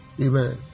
amen